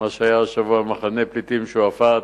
מה שהיה השבוע במחנה הפליטים שועפאט,